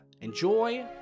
enjoy